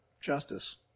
justice